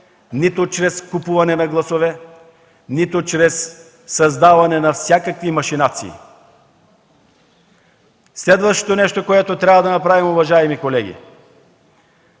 нито чрез купуване на гласове, нито чрез всякакви машинации. Следващото нещо, което трябва да направим, уважаеми колеги